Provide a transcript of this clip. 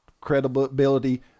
credibility